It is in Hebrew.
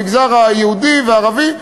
המגזר היהודי והערבי,